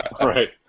right